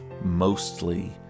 mostly